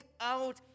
out